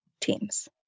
teams